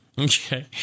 Okay